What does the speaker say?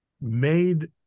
made